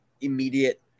immediate